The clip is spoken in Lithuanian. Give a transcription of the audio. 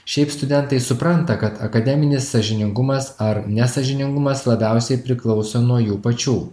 šiaip studentai supranta kad akademinis sąžiningumas ar nesąžiningumas labiausiai priklauso nuo jų pačių